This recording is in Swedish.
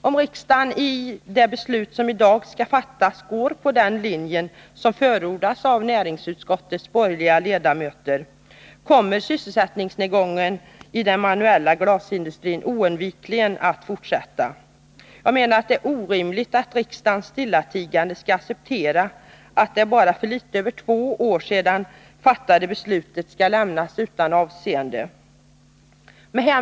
Om riksdagen i det beslut som i dag skall fattas följer den linje som förordas av näringsutskottets borgerliga ledamöter, kommer sysselsättnings nedgången i den manuella glasindustrin oundvikligen att fortsätta. Jag menar att det är orimligt att riksdagen stillatigande skall acceptera att det för bara litet över två år sedan fattade beslutet lämnas utan avseende.